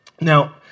Now